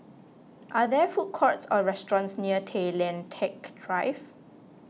are there food courts or restaurants near Tay Lian Teck Drive